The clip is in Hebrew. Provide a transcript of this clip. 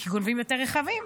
כי גונבים יותר רכבים.